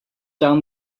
down